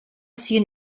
seen